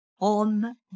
on